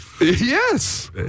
Yes